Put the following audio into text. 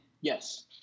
Yes